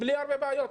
בלי הרבה בעיות.